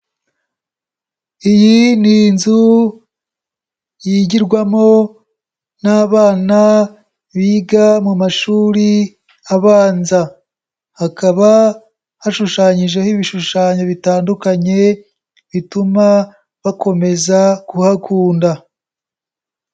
Iyi ni inzu yigirwamo n'abana biga mu mashuri abanza hakaba hashushanyijeho ibishushanyo bitandukanye bituma bakomeza kuhakunda.